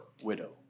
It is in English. widow